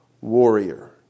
warrior